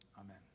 Amen